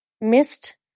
missed